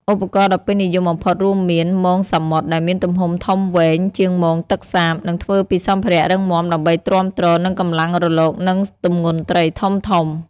ឧបករណ៍ដ៏ពេញនិយមបំផុតរួមមាន មងសមុទ្រ ដែលមានទំហំធំវែងជាងមងទឹកសាប និងធ្វើពីសម្ភារៈរឹងមាំដើម្បីទ្រាំទ្រនឹងកម្លាំងរលក និងទម្ងន់ត្រីធំៗ។